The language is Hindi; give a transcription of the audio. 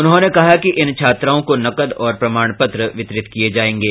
उन्होंने कहा कि इन छात्राओं को नकद और प्रमाण पत्र प्रदान किये जायेंगे